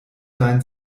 deinen